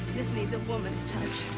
this needs a woman's touch.